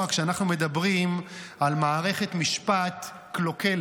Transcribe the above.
כשאנחנו מדברים על מערכת משפט קלוקלת,